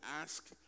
ask